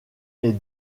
est